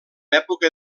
època